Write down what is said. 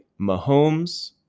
Mahomes